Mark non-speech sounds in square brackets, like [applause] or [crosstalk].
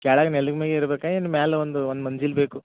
ಕೆಳಗೆ [unintelligible] ಮ್ಯಾಗ ಇರ್ಬೇಕಾ ಏನು ಮ್ಯಾಲ ಒಂದು ಒಂದು ಮಂಜಿಲ್ ಬೇಕು